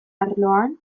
arloan